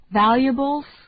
valuables